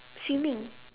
swimming